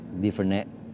different